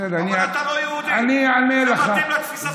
אבל אתה לא יהודי, זה מתאים לתפיסת העולם שלך.